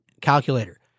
calculator